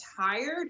tired